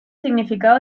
significado